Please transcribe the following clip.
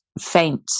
faint